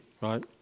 right